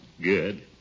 Good